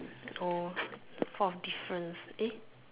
oh fourth difference eh